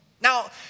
Now